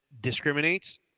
discriminates